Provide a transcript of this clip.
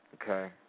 Okay